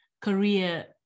career